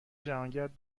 جهانگرد